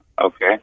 Okay